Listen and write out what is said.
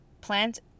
plant